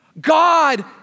God